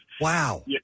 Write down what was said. Wow